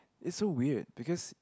it's so weird because